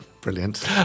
Brilliant